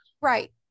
Right